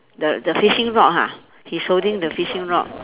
the the fishing rod ha he's holding the fishing rod